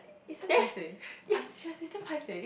then yeah